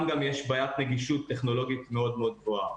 גם יש בעיית נגישות טכנולוגית מאוד מאוד גבוהה.